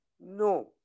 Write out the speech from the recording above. No